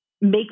make